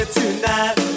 tonight